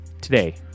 today